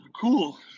Cool